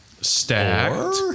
stacked